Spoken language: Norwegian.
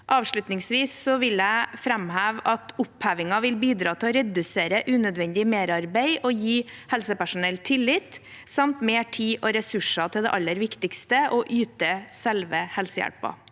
Avslutningsvis vil jeg framheve at opphevingen vil bidra til å redusere unødvendig merarbeid og gi helsepersonell tillit samt mer tid og ressurser til det aller viktigste: å yte selve helsehjelpen.